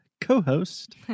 co-host